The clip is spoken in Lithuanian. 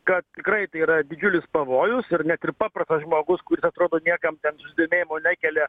kad tikrai tai yra didžiulis pavojus ir net ir paprastas žmogus kuris atrodo niekam ten susidomėjimo nekelia